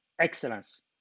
excellence